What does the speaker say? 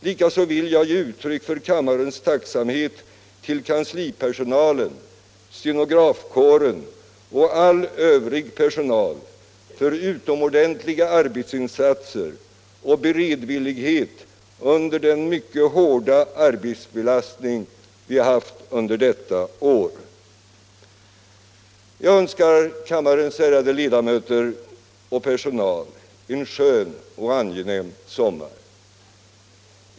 Likaså vill jag ge uttryck för kammarens tacksamhet till kanslipersonalen, stenografkåren och all övrig personal för utomordentliga arbetsinsatser och beredvillighet under den mycket hårda arbetsbelastning som vi haft detta år. Jag önskar kammarens ärade ledamöter och personal en skön och angenäm sommar.